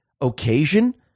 occasion